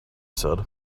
said